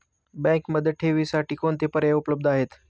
बँकेमध्ये ठेवींसाठी कोणते पर्याय उपलब्ध आहेत?